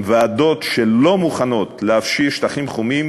עם ועדות שלא מוכנות להפשיר שטחים חומים